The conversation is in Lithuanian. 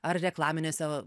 ar reklaminiuose